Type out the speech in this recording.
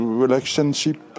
relationship